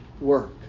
work